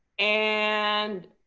and